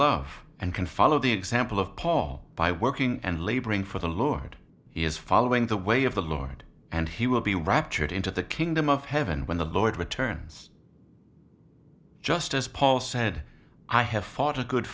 love and can follow the example of paul by working and laboring for the lord is following the way of the lord and he will be raptured into the kingdom of heaven when the lord returns just as paul said i have fought a good